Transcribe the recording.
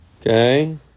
Okay